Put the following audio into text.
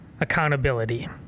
accountability